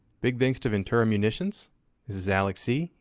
big thanks to ventura munitions, this is alex c.